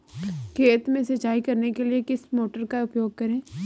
खेत में सिंचाई करने के लिए किस मोटर का उपयोग करें?